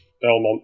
Belmont